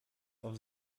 auf